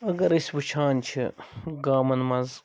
اگر أسۍ وُچھان چھِ گامَن مَنٛز